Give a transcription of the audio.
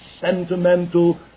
sentimental